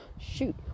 shoot